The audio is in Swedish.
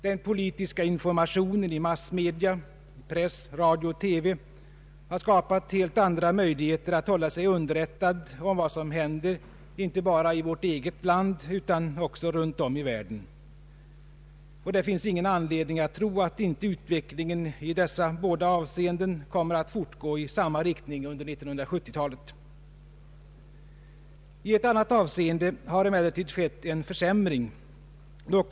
Den politiska informationen i massmedia — press, radio och TV — har skapat helt andra möjligheter att hålla sig underrättad om vad som händer inte bara i vårt eget land utan också runt om i världen. Det finns ingen anledning att tro att inte utvecklingen i dessa båda avseenden fortgår i samma riktning under 1970-talet. I ett annat avseende har emellertid en försämring skett.